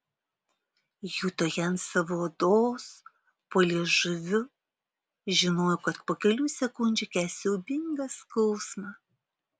juto ją ant savo odos po liežuviu žinojo kad po kelių sekundžių kęs siaubingą skausmą